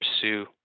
pursue